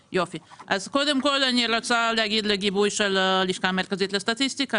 קודם כל אני רוצה להגיד לגיבוי של הלשכה המרכזית לסטטיסטיקה,